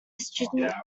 student